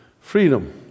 freedom